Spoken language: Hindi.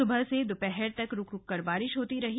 सुबह से दोपहर तक रुक रुक कर बारिश होती रही